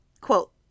Quote